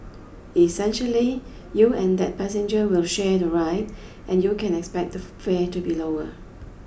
essentially you and that passenger will share the ride and you can expect the fare to be lower